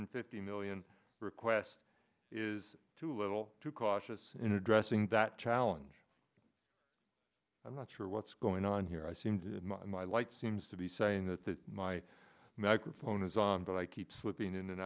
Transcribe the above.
fifty million request is too little too cautious in addressing that challenge i'm not sure what's going on here i seem to my lights seems to be saying that the my macro phone is on but i keep slipping in and